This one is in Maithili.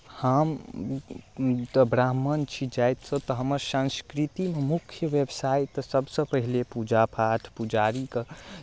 हम तऽ ब्राह्मण छी जातिसँ तऽ हमर संस्कृति मुख्य व्यवसाय तऽ सभसँ पहिले पूजा पाठ पुजारीके